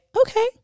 okay